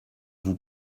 vous